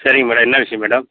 சரிங்க மேடம் என்ன விஷயம் மேடம்